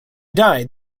died